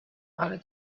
ale